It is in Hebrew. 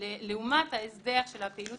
לעומת ההסדר של הפעילות